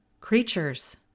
creatures